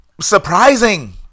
surprising